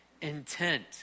intent